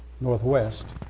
northwest